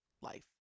life